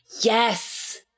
Yes